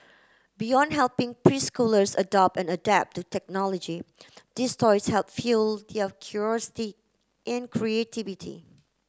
beyond helping preschoolers adopt and adapt to technology these toys help fuel their curiosity and creativity